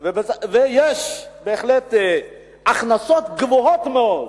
ויש בהחלט הכנסות גבוהות מאוד,